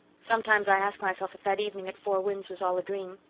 sometimes i ask myself if that evening at four winds was all a dream.